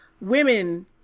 women